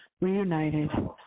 reunited